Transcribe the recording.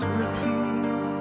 repeat